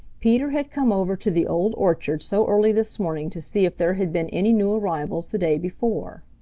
peter had come over to the old orchard so early this morning to see if there had been any new arrivals the day before.